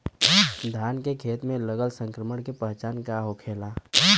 धान के खेत मे लगल संक्रमण के पहचान का होखेला?